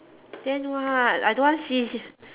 then what I don't want see s~